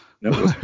No